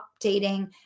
updating